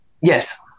Yes